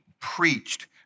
preached